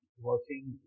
working